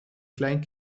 klein